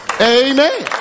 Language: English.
Amen